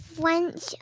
French